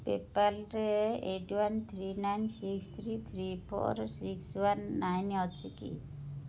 ପେପାଲ୍ରେ eight one three nine six three three four six one nine ଅଛି କି